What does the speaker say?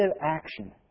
action